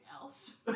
else